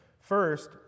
First